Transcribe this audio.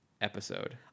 episode